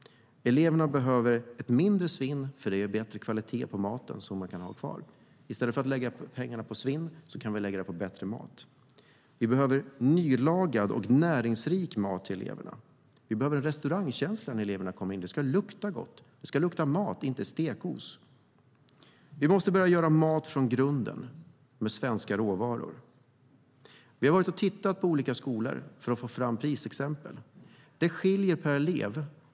Eleverna behöver ett mindre svinn, för det ger bättre kvalitet på maten som serveras. I stället för att lägga pengarna på svinn kan de läggas på bättre mat. Eleverna behöver nylagad och näringsrik mat. Det ska vara restaurangkänsla när eleverna kommer in i matsalen; det ska lukta god mat, inte stekos. Vi måste börja göra mat från grunden med svenska råvaror. Vi har varit och tittat på olika skolor för att få fram prisexempel.